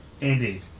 Indeed